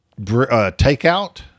Takeout